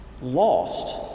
lost